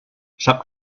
sap